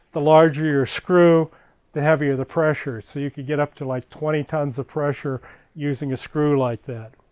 the larger your screw the heavier the pressure. so you could get up to like, twenty tons of pressure using a screw like that.